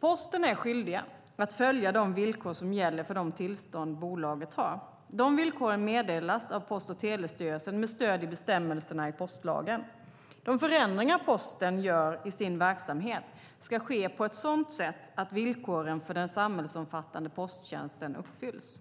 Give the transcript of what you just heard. Posten är skyldig att följa de villkor som gäller för de tillstånd bolaget har. De villkoren meddelas av Post och telestyrelsen, med stöd i bestämmelserna i postlagen. De förändringar Posten gör i sin verksamhet ska ske på ett sådant sätt att villkoren för den samhällsomfattande posttjänsten uppfylls.